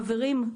חברים,